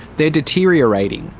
they're deteriorating,